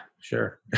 sure